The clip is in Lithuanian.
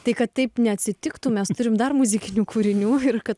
tai kad taip neatsitiktų mes turim dar muzikinių kūrinių ir kad